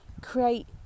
create